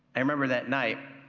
i remember that night,